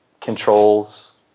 controls